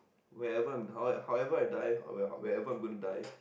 wherever how however I die where wherever I'm going to die